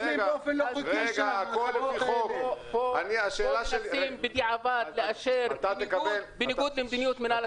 פה מנסים בדיעבד לאשר בניגוד למדיניות המנהל.